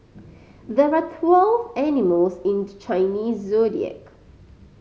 there are twelve animals in the Chinese Zodiac